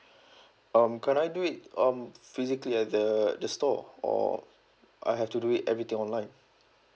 um can I do it um physically at the the store or I have to do it everything online